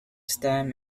stem